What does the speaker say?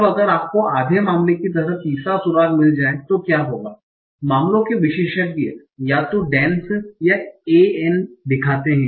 अब अगर आपको आधे मामले की तरह तीसरा सुराग मिल जाए तो क्या होगा मामलों के विशेषज्ञ या तो dans या an दिखाते हैं